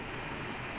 mmhmm